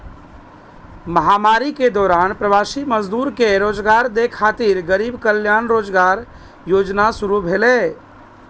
महामारी के दौरान प्रवासी मजदूर कें रोजगार दै खातिर गरीब कल्याण रोजगार योजना शुरू भेलै